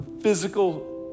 physical